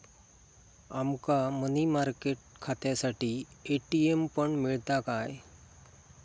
आमका money market खात्यासाठी ATM पण मिळता काय?